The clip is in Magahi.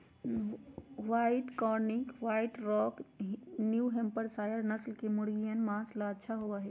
white Cornish, white rock, New Hampshire नस्ल के मुर्गियन माँस ला अच्छा होबा हई